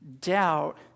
doubt